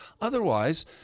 Otherwise